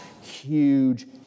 huge